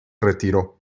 retiró